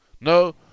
No